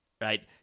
right